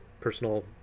personal